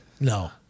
No